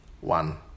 one